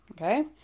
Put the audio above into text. Okay